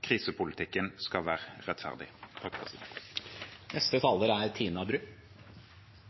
Krisepolitikken skal være rettferdig.